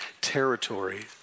territory